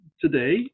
today